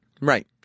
Right